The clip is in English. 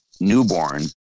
Newborn